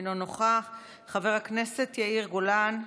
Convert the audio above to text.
אינו נוכח, חבר הכנסת יאיר גולן,